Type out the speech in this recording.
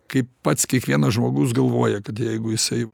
kaip pats kiekvienas žmogus galvoja kad jeigu jisai